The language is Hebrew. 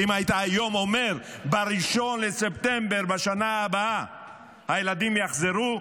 כי אם היית היום אומר: ב-1 בספטמבר בשנה הבאה הילדים יחזרו,